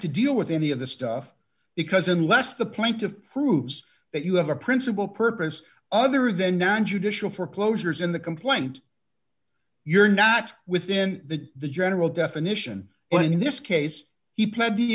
to deal with any of this stuff because unless the plaintiff proves that you have a principal purpose other than nontraditional for closures in the complaint you're not within the the general definition but in this case he pled the